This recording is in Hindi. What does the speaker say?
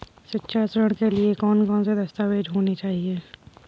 शिक्षा ऋण के लिए कौन कौन से दस्तावेज होने चाहिए?